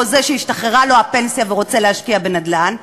או זה שהשתחררה לו הפנסיה ורוצה להשקיע בנדל"ן,